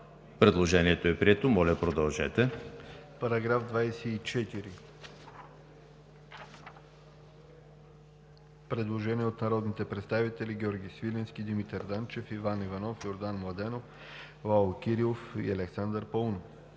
Предложението е прието. ДОКЛАДЧИК ХАЛИЛ ЛЕТИФОВ: Предложение от народните представители Георги Свиленски, Димитър Данчев, Иван Иванов, Йордан Младенов, Лало Кирилов и Александър Паунов.